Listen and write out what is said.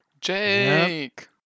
Jake